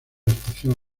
estación